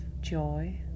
joy